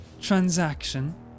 transaction